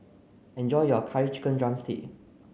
enjoy your curry chicken drumstick